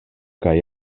kaj